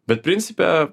bet principe